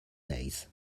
days